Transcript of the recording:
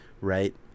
right